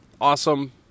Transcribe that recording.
awesome